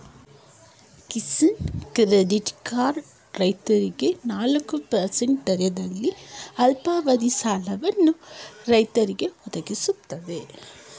Kisan credit card ರೈತರಿಗೆ ನಾಲ್ಕು percent ದರದಲ್ಲಿ ಅಲ್ಪಾವಧಿ ಸಾಲವನ್ನು ರೈತರಿಗೆ ಒದಗಿಸ್ತದೆ